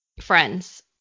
friends